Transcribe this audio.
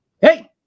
hey